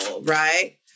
right